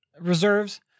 reserves